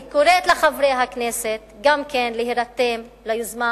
אני קוראת לחברי הכנסת גם כן להירתם ליוזמה